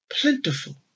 plentiful